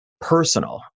personal